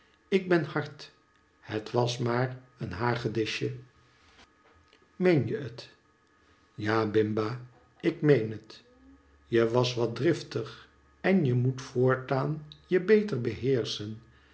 ik ben hard het was maar een hagedisje ja bimba ik meen het je was wat driftig en je moet voortaan je beter beheerschen